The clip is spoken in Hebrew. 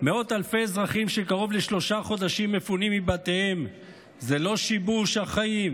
מאות אלפי אזרחים שקרוב לשלושה חודשים מפונים מבתיהם זה לא שיבוש החיים?